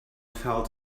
fell